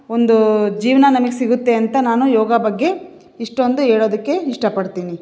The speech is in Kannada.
ಒಂದು ಜೀವನ ನಮಗೆ ಸಿಗುತ್ತೆ ಅಂತ ನಾನು ಯೋಗ ಬಗ್ಗೆ ಇಷ್ಟೊಂದು ಹೇಳೋದಕ್ಕೆ ಇಷ್ಟಪಡ್ತೀನಿ